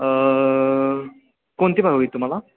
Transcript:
कोणती भावी तुम्हाला